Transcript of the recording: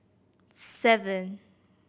seven